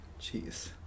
jeez